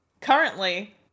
currently